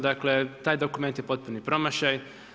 Dakle taj dokument je potpuni promašaj.